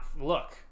look